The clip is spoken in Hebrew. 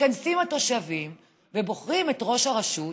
מתכנסים התושבים ובוחרים את ראש הרשות